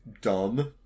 dumb